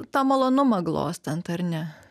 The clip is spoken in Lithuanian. tą malonumą glostant ar ne